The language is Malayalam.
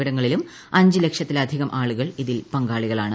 എന്നിവിടങ്ങളിലും അഞ്ച് ലക്ഷത്തിലധികം ആളുകൾ ഇതിൽ പങ്കാളികളാണ്